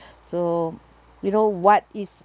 so you know what is